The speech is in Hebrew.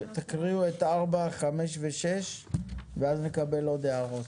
רגע, תקריאו את 6,5,4 ואז נקבל עוד הערות.